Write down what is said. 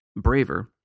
braver